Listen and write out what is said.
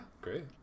Great